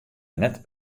net